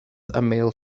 ymyl